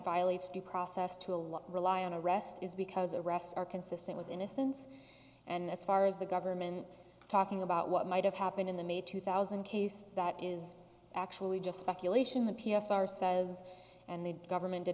violates due process to a lot rely on a rest is because arrests are consistent with innocence and as far as the government talking about what might have happened in the may two thousand case that is actually just speculation the p s r says and the government did